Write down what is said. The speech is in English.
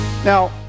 Now